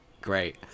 great